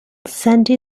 sandy